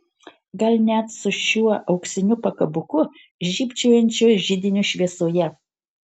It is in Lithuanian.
gal net su šiuo auksiniu pakabuku žybčiojančiu židinio šviesoje